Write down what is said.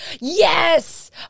Yes